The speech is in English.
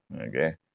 okay